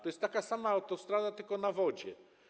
To jest taka sama autostrada, tylko na wodzie.